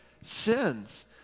sins